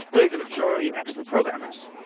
really, the majority of excellent programmers.